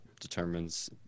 determines